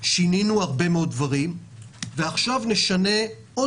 שינינו הרבה מאוד דברים ועכשיו נשנה עוד